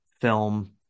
film